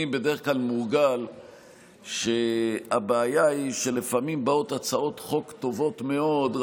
אני בדרך כלל מורגל שהבעיה היא שלפעמים באות הצעות חוק טובות מאוד,